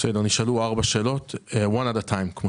נשאלו ארבע שאלות ואענה עליהן זו אחר